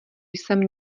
jsem